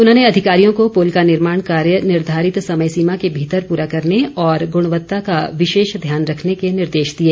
उन्होंने अधिकारियों को पूल का निर्माण कार्य निर्धारित समय सीमा के भीतर पूरा करने और गुणवत्ता का विशेष ध्यान रखने के निर्देश दिए